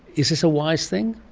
is this a wise thing?